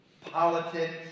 politics